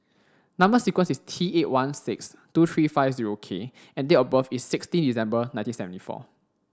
number sequence is T eight one six two three five zero K and date of birth is sixteen December nineteen seventy four